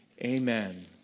Amen